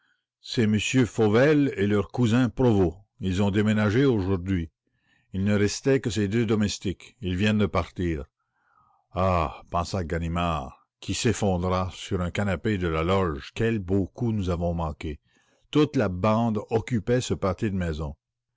ces messieurs fauvel et leurs cousins provost ils ont déménagé aujourd'hui il ne restait que ces deux domestiques ils viennent de partir ah pensa ganimard qui s'effondra sur un canapé de la loge quel beau coup nous avons manqué toute la bande occupait ce pâté de maisons